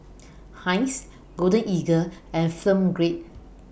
Heinz Golden Eagle and Film Grade